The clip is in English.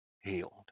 healed